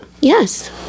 Yes